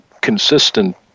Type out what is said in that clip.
consistent